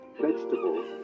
vegetables